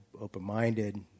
open-minded